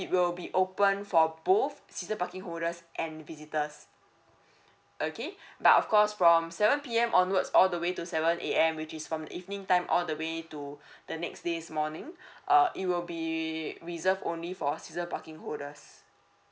it will be open for both season parking holders and visitors okay but of course from seven P_M onwards all the way to seven A_M which is from evening time all the way to the next day's morning uh it will be reserved only for season parking holders